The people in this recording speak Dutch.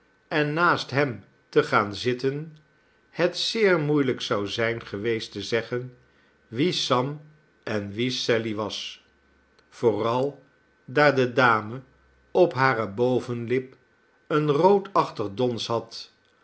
en naast hem te gaan zitten het zeer moeielijk zou zijn geweest te zeggen wie sam en wie sally was vooral daar de dame op hare bovenlip een roodachtig dons had